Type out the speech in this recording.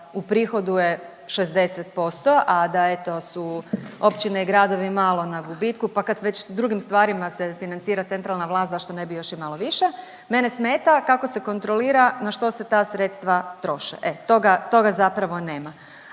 uprihoduje 60% a da je, to su općine, gradovi malo na gubitku pa kad već drugim stvarima se financira centralna vlast zašto ne bi još i malo više. Mene smeta kako se kontrolira na što se ta sredstva troše, e toga zapravo nema.